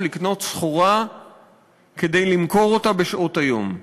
לקנות סחורה כדי למכור אותה בשעות היום.